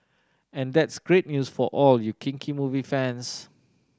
and that's great news for all you kinky movie fans